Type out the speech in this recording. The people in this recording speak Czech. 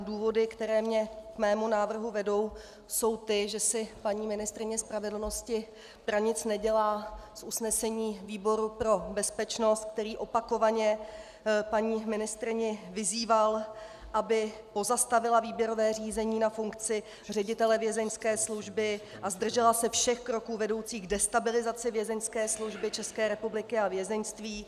Důvody, které mě k mému návrhu vedou, jsou ty, že si paní ministryně spravedlnosti pranic nedělá z usnesení výboru pro bezpečnost, který opakovaně paní ministryni vyzýval, aby pozastavila výběrové řízení na funkci ředitele Vězeňské služby a zdržela se všech kroků vedoucích k destabilizaci Vězeňské služby České republiky a vězeňství.